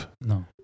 No